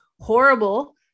horrible